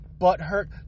butthurt